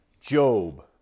Job